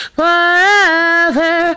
forever